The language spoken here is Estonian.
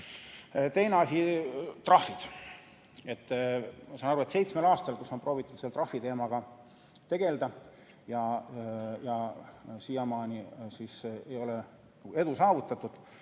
Teine asi: trahvid. Ma saan aru, et seitsmel aastal on proovitud trahviteemaga tegeleda ja siiamaani ei ole edu saavutatud.